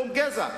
לאום וגזע,